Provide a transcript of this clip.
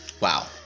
Wow